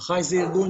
"אחיי" הוא ארגון